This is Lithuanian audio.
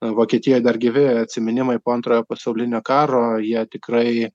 vokietijoj dar gyvi atsiminimai po antrojo pasaulinio karo jie tikrai